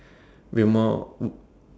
we are more